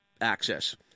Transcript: access